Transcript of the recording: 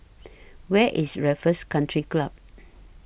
Where IS Raffles Country Club